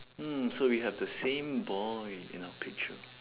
hmm so we have the same boy in our picture